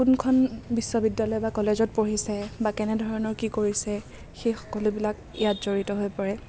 কোনখন বিশ্ববিদ্যালয় বা কলেজত পঢ়িছে বা কেনেধৰণৰ কি কৰিছে সেই সকলোবিলাক ইয়াত জড়িত হৈ পৰে